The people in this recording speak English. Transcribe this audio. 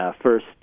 First